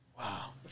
Wow